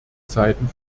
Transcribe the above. seiten